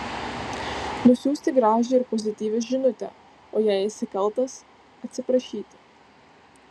nusiųsti gražią ir pozityvią žinutę o jei esi kaltas atsiprašyti